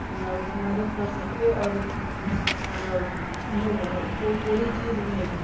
مدد کر سکے اور ان لوگوں کو کوئی چیز میں